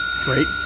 great